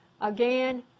Again